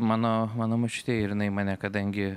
mano mano močiutei ir jinai mane kadangi